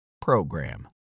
program